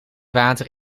water